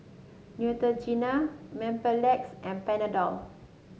Neutrogena Mepilex and Panadol